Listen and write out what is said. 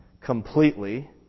completely